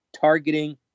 targeting